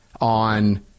on